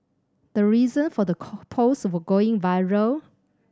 the reason for the post going viral